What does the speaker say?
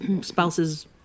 spouse's